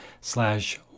slash